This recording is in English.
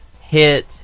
hit